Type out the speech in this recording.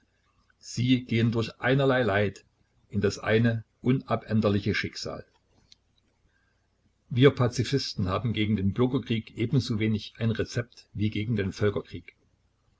sie gehen durch einerlei leid in das eine unabänderliche schicksal wir pazifisten haben gegen den bürgerkrieg ebensowenig ein rezept wie gegen den